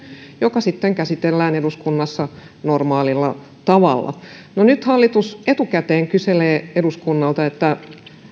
joka sitten käsitellään eduskunnassa normaalilla tavalla no nyt hallitus etukäteen kyselee eduskunnalta